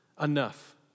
enough